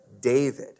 David